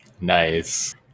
Nice